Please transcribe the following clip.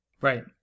Right